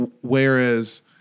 Whereas